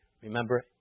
Remember